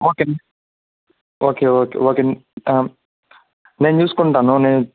okay okay okay okay నేను చూస్కుంటాను నేను